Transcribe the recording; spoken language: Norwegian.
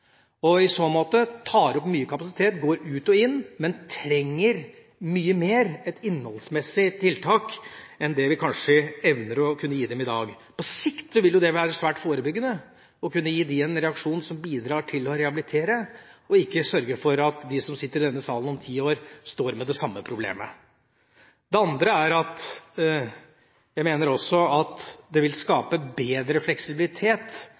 straffer. I så måte tar det opp mye kapasitet – man går ut og inn – men man trenger mer innholdsmessige tiltak enn det vi kanskje evner å kunne gi dem i dag. På sikt vil det være svært forebyggende å kunne gi dem en reaksjon som bidrar til å rehabilitere – ikke sørge for at de som sitter i denne salen om ti år, står med det samme problemet. Det andre er at jeg mener det vil skape bedre fleksibilitet